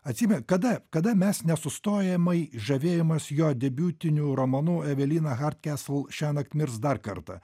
atsimen kada kada mes nesustojamai žavėjomas jo debiutiniu romanu evelina hardkesl šiąnakt mirs dar kartą